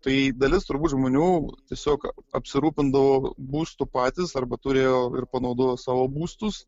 tai dalis turbūt žmonių tiesiog apsirūpindavo būstu patys arba turėjo ir panaudojo savo būstus